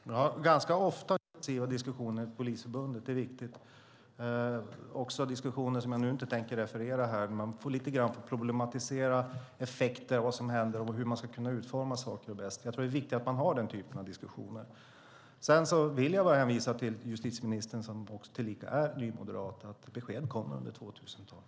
Herr talman! Det är riktigt att vi ganska ofta har haft diskussioner med Polisförbundet. Vi har också haft diskussioner som jag nu inte tänker referera här. Man får lite grann problematisera effekter, vad som händer och hur man ska kunna utforma saker bäst. Det är viktigt att man har den typen av diskussioner. Jag vill hänvisa till justitieministern, som tillika är nymoderat, och till att besked kommer under 2012.